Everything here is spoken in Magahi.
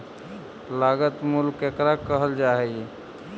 लागत मूल्य केकरा कहल जा हइ?